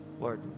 Lord